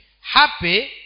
happy